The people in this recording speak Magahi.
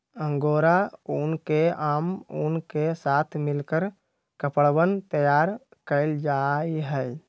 अंगोरा ऊन के आम ऊन के साथ मिलकर कपड़वन तैयार कइल जाहई